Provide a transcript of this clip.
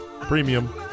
premium